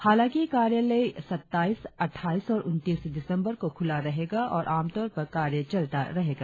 हालांकि कार्यालय सत्ताईस अटठाईस और उनतीस दिसंबर को खुला रहेगा और आमतौर पर कार्य चलता रहेगा